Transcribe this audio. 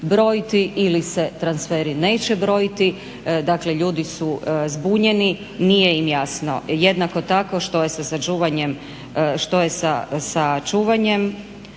brojati ili se transferi neće brojati. Dakle, ljudi su zbunjeni, nije im jasno. Jednako tako što je sa čuvanjem,